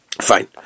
Fine